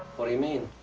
what do you mean?